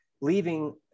leaving